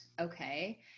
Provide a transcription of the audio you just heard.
Okay